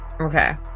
Okay